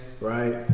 right